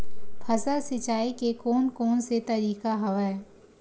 फसल सिंचाई के कोन कोन से तरीका हवय?